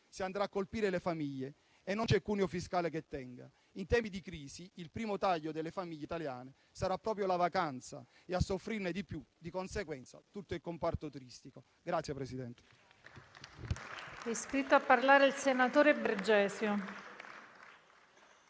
si andranno a colpire le famiglie e non c'è cuneo fiscale che tenga. In tempi di crisi il primo taglio delle famiglie italiane sarà proprio la vacanza e a soffrirne di più, di conseguenza, tutto il comparto turistico.